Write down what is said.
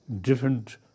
different